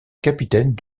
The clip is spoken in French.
capitaine